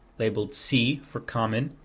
labeled c for common,